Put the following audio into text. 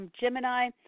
Gemini